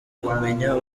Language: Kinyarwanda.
kumenya